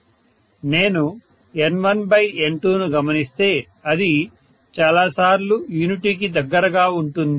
నేను N1N2న గమనిస్తే అది చాలాసార్లు యూనిటీకి దగ్గరగా ఉంటుంది